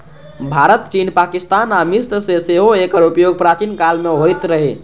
भारत, चीन, पाकिस्तान आ मिस्र मे सेहो एकर उपयोग प्राचीन काल मे होइत रहै